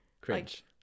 Cringe